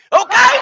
Okay